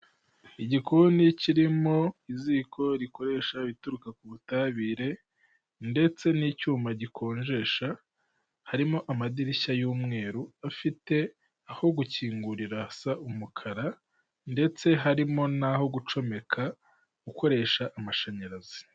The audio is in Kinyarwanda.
Igikoni kirimo iziko rikoresha ibituruka ku butabire ndetse n'icyuma gikonjesha, harimo amadirishya y'umweru afite aho gukingurira hasa umukara ndetse harimo n'aho gucomeka ukoresha amashanyarazi.